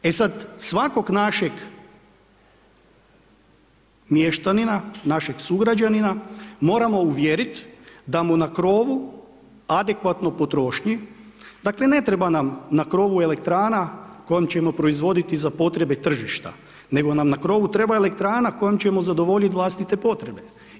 E sad, svakog našeg mještanina, našeg sugrađanina, moramo uvjeriti, da mu na krovu adekvatno potrošnji, dakle, ne treba nam na krovu elektrana, kojom ćemo proizvoditi za potrebe tržišta, nego nam na krovu treba elektrana kojom ćemo zadovoljiti vlastite potrebe.